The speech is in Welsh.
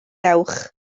dewch